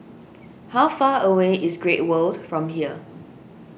how far away is Great World from here